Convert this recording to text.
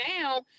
now